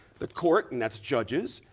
the court, and that's judges,